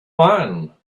wine